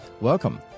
Welcome